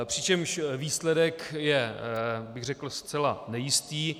Přičemž výsledek je, bych řekl, zcela nejistý.